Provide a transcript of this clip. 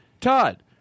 Todd